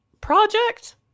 project